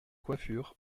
coiffures